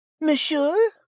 Monsieur